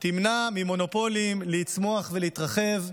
בנוסף, החקיקה תמנע ממונופולים לצמוח ולהתרחב.